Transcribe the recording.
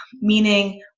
meaning